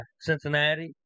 Cincinnati